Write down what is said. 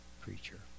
preacher